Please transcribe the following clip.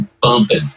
bumping